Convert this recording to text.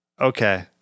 Okay